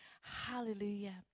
Hallelujah